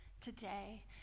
today